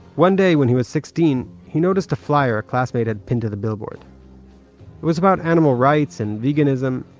one day, when he was sixteen, he noticed a flier a classmate had pinned to the billboard. it was about animal rights and veganism.